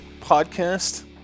podcast